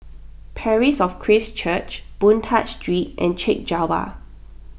Parish of Christ Church Boon Tat Street and Chek Jawa